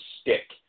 stick